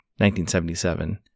1977